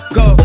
go